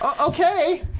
Okay